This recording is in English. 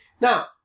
Now